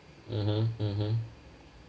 mmhmm mmhmm